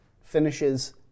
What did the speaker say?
finishes